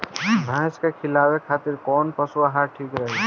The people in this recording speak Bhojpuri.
भैंस के खिलावे खातिर कोवन पशु आहार ठीक रही?